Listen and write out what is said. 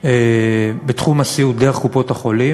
בתחום הסיעוד דרך קופות-החולים,